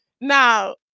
Now